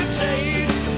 taste